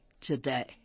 today